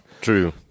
True